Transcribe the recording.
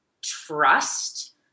trust –